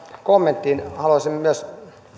kommenttiin haluaisin myös